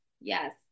Yes